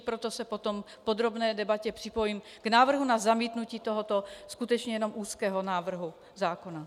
Proto se potom v podrobné debatě připojím k návrhu na zamítnutí tohoto skutečně jenom úzkého návrhu zákona.